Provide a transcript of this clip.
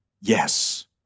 Yes